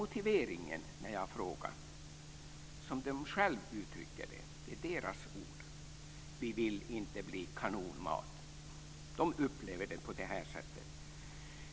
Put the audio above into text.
Motiveringen när jag har frågat är som de själva uttrycker det - det är deras ord: Vi vill inte bli kanonmat. De upplever det på det sättet.